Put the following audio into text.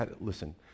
listen